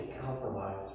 compromise